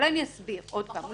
אולי אני אסביר עוד פעם.